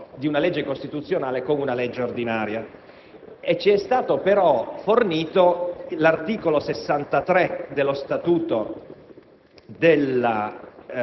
l'articolo di una legge costituzionale con una legge ordinaria. Ma poi ci è stato fornito l'articolo 63 dello Statuto